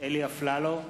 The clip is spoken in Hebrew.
אלי אפללו,